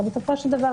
הרי בסופו של דבר,